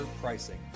pricing